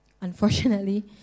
Unfortunately